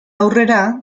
aurrera